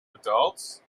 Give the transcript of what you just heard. adults